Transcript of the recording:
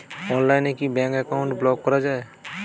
অনলাইনে কি bank account block করা য়ায়?